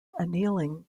annealing